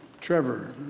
Trevor